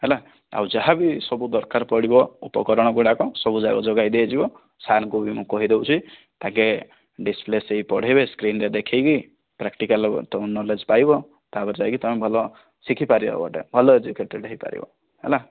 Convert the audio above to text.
ହେଲା ଆଉ ଯାହାବି ସବୁ ଦରକାର ପଡ଼ିବ ଉପକରଣ ଗୁଡ଼ାକ ସବୁଯାକ ଯୋଗାଇ ଦିଆଯିବ ସାରଙ୍କୁ ବି ମୁଁ କହିଦେଉଛି ତାଙ୍କେ ଡିଷ୍ପ୍ଲେ ହେଇକି ପଢ଼େଇବେ ସ୍କ୍ରିନ ରେ ଦେଖେଇକି ପ୍ରାକ୍ଟିକାଲ ତମେ କ୍ନୋଲେଜ ପାଇବ ତାପରେ ଯାଇକି ତମେ ଭଲ ଶିଖି ପାରିବ ଗୋଟେ ଭଲ ଏଜୁକେଟେଡ଼ ହୋଇପାରିବ ହେଲା